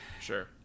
Sure